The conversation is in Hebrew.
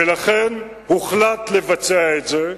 ולכן הוחלט לבצע את זה,